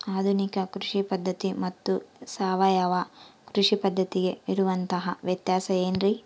ಆಧುನಿಕ ಕೃಷಿ ಪದ್ಧತಿ ಮತ್ತು ಸಾವಯವ ಕೃಷಿ ಪದ್ಧತಿಗೆ ಇರುವಂತಂಹ ವ್ಯತ್ಯಾಸ ಏನ್ರಿ?